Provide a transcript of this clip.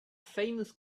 famous